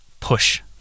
Push